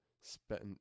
spent